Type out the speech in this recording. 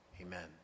amen